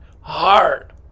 Hard